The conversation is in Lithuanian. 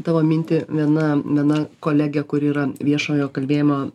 tavo mintį viena viena kolegė kuri yra viešojo kalbėjimo